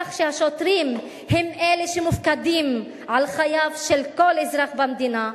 בהתחשב בכך שהשוטרים הם אלה שמופקדים על חייו של כל אזרח במדינה,